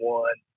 one